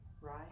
right